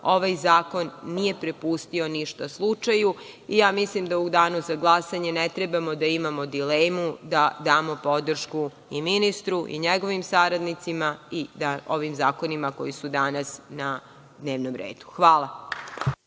ovaj zakon nije prepustio ništa slučaju. Mislim da u danu za glasanje ne trebamo da imamo dilemu da damo podršku i ministru i njegovim saradnicima i ovim zakonima koji su danas na dnevnom redu. Hvala.